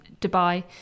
Dubai